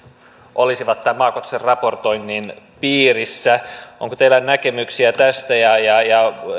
olisivat tämän maakohtaisen raportoinnin piirissä onko teillä näkemyksiä tästä ja ja